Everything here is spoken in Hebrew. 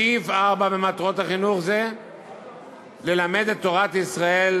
סעיף (4) במטרות החינוך הוא "ללמד את תורת ישראל,